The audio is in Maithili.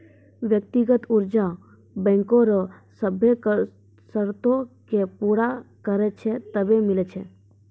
व्यक्तिगत कर्जा बैंको रो सभ्भे सरतो के पूरा करै छै तबै मिलै छै